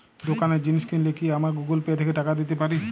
দোকানে জিনিস কিনলে কি আমার গুগল পে থেকে টাকা দিতে পারি?